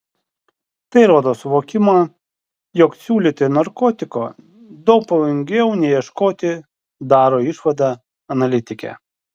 tai rodo suvokimą jog siūlyti narkotiko daug pavojingiau nei ieškoti daro išvadą analitikė